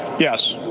yes.